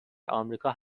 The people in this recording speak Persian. امریکا